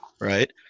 right